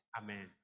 Amen